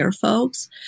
folks